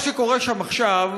מה שקורה שם עכשיו